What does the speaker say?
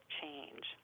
change